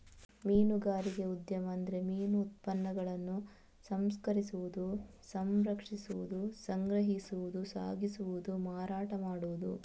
ಮೀನುಗಾರಿಕೆ ಉದ್ಯಮ ಅಂದ್ರೆ ಮೀನು ಉತ್ಪನ್ನಗಳನ್ನ ಸಂಸ್ಕರಿಸುದು, ಸಂರಕ್ಷಿಸುದು, ಸಂಗ್ರಹಿಸುದು, ಸಾಗಿಸುದು, ಮಾರಾಟ ಮಾಡುದು